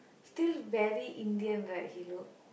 still very Indian right he look